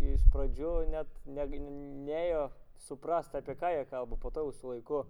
iš pradžių net netgi nėjo suprast apie ką jie kalba po to jau su laiku